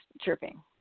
chirping